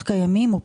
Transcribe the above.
חקיקתית,